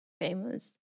famous